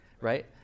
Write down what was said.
right